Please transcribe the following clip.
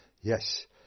yes